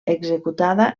executada